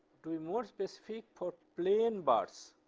to be more specific for plain bars